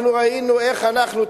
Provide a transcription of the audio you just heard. אנחנו ראינו איך אנחנו,